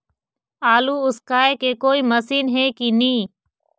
आलू उसकाय के कोई मशीन हे कि नी?